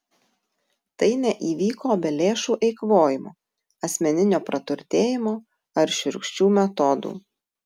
tai neįvyko be lėšų eikvojimo asmeninio praturtėjimo ar šiurkščių metodų